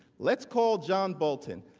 let's call john bolton.